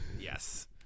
yes